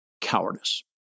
cowardice